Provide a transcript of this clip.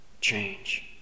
change